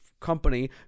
company